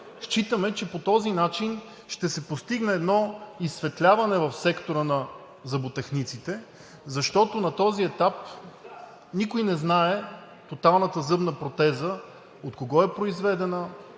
считаме, че по този начин ще се постигне едно изсветляване в сектора на зъботехниците, защото на този етап никой не знае тоталната зъбна протеза от кого е произведена,